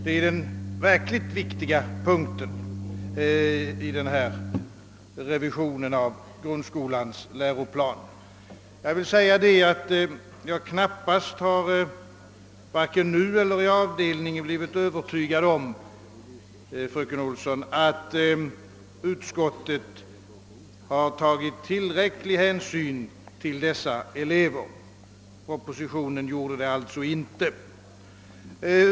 Det är den verkligt viktiga punkten i denna revision av grundskolans läroplan. Jag har knappast, varken här i kammaren eller inom avdelningen, blivit övertygad om att utskottet har tagit tillräcklig hänsyn till dessa elever. Propositionen gör det inte.